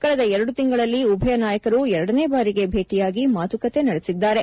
ಕಳೆದ ಎರಡು ತಿಂಗಳಲ್ಲಿ ಉಭಯ ನಾಯಕರು ಎರಡನೇ ಬಾರಿಗೆ ಭೇಟಿಯಾಗಿ ಮಾತುಕತೆ ನಡೆಸಿದ್ದಾರೆ